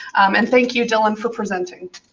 and thank you dylan for presenting.